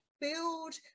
build